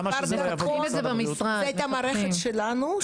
זו הייתה מערכת שלנו,